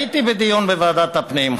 הייתי בדיון בוועדת הפנים.